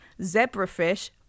zebrafish